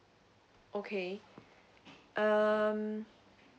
okay um